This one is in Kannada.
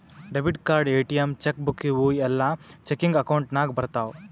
debit card, ATM, cheque book ಇವೂ ಎಲ್ಲಾ ಚೆಕಿಂಗ್ ಅಕೌಂಟ್ ನಾಗ್ ಬರ್ತಾವ್